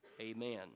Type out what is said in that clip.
amen